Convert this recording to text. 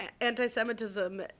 anti-Semitism